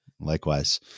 Likewise